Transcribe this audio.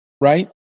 right